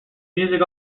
music